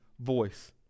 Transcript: voice